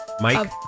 Mike